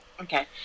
Okay